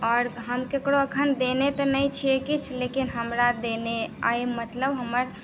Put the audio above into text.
आओर हम ककरो एखन देने तऽ नहि छियै किछु लेकिन हमरा देने अइ मतलब हमर